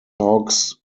hogs